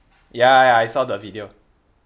ya ya I saw the video